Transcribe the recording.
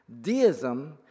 Deism